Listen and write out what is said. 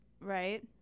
Right